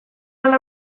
lana